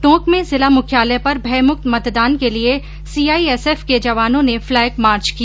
टोंक में जिला मुख्यालय पर भयमुक्त मतदान के लिये सीआईएसएफ के जवानों ने फ्लैग मार्च किया